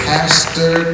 Pastor